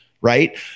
right